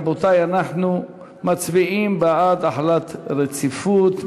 רבותי, אנחנו מצביעים בעד החלת רציפות.